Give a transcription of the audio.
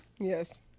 Yes